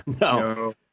no